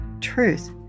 Truth